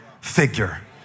figure